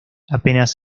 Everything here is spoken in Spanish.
apenas